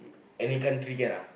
any country can ah